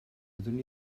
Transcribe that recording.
wyddwn